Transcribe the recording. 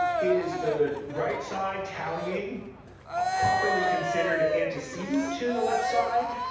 is the right side tallying properly considered antecedent to the left side?